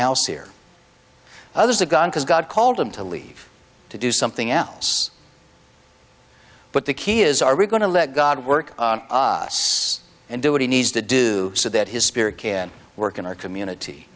house here others a gun because god called him to leave to do something else but the key is are we going to let god work on os and do what he needs to do so that his spirit can work in our community